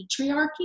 patriarchy